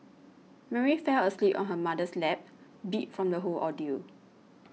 Mary fell asleep on her mother's lap beat from the whole ordeal